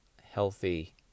healthy